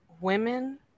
women